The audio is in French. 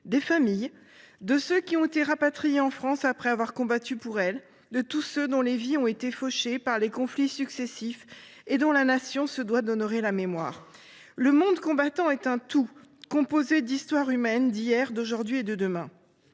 des familles, de ceux qui ont été rapatriés en France après avoir combattu pour elle et de tous ceux dont les vies ont été fauchées par les conflits successifs et dont la Nation se doit d’honorer la mémoire. Le monde combattant est un tout, composé d’histoires humaines d’hier, d’aujourd’hui et de demain.